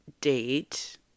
date